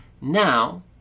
Now